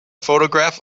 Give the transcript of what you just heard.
photograph